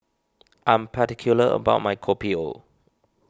I am particular about my Kopi O